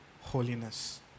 holiness